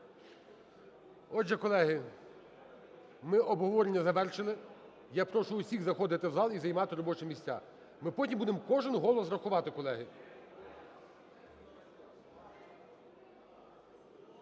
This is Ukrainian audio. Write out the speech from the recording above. Отже, колеги, ми обговорення завершили. Я прошу усіх заходити в зал і займати робочі місця, ми потім будемо кожний голос рахувати, колеги.